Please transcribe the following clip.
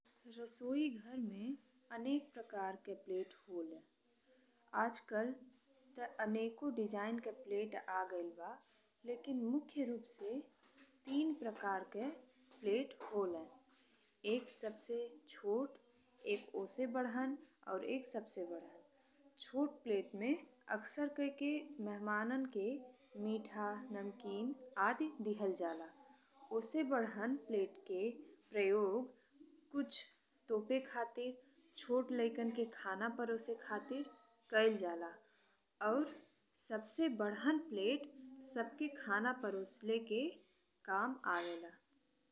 सोई घर में अनेक प्रकार के प्लेट होलिन। आजकल ते अनेको डिजाइन के प्लेट आ गइल बा लेकिन मुख्य रूप से तीन प्रकार के प्लेट होला। एक सबसे छोट एक ओकरा से बड़हन और एक सबसे बड़हन। छोटा प्लेट में अक्सर कई के मेहमानन के मीठा-नमकीन आदि दिहल जाला। ओकरा से बड़हन प्लेट के प्रयोग कुछ टोप खातिर, छोट लइकन के खाना परोसे खातिर कइल जाला और सबसे बड़हन प्लेट सबके खाना परोसल के काम आवे ला।